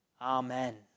Amen